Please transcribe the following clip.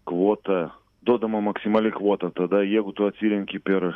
kvota duodama maksimali kvota tada jeigu tu atsirenki per